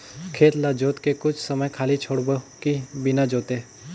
खेत ल जोत के कुछ समय खाली छोड़बो कि बिना जोते?